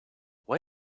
why